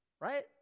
Right